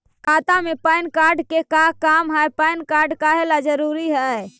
खाता में PAN card के का काम है पैन कार्ड काहे ला जरूरी है?